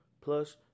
Plus